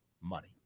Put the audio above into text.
money